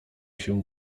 się